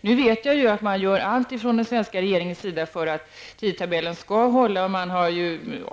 Nu vet jag att den svenska regeringen gör allt för att tidtabellen skall kunna hållas.